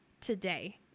today